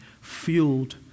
fueled